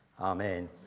Amen